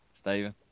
Stephen